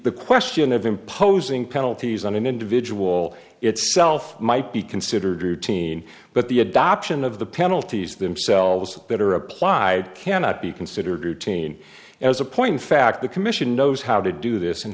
the question of imposing penalties on an individual itself might be considered routine but the adoption of the penalties themselves that are applied cannot be considered routine as a point of fact the commission knows how to do this and